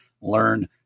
learn